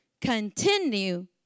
Continue